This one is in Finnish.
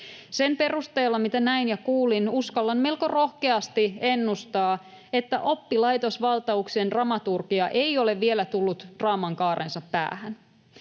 Sen perusteella, mitä näin ja kuulin, uskallan melko rohkeasti ennustaa, että oppilaitosvaltauksen dramaturgia ei ole vielä tullut draamankaarensa päähän.